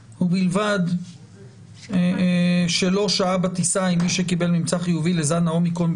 "ובלבד שלא שהה בטיסה עם מי שקיבל ממצא חיובי לזן ה-אומיקרון,